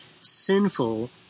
sinful